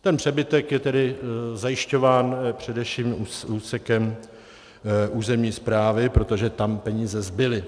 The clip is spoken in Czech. Ten přebytek je tedy zajišťován především úsekem územní správy, protože tam peníze zbyly.